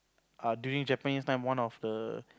err during Japanese time one of the